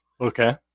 Okay